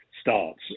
starts